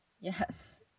Yes